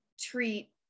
treat